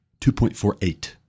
2.48